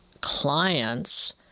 clients